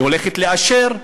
הוא הולכת לאשר,